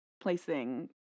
placing